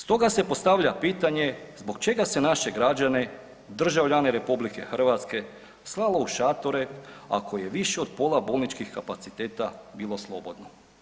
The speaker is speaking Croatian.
Stoga se postavlja pitanje, zbog čega se naše građene državljane RH slalo u šatore ako je više od pola bolničkih kapaciteta bilo slobodno?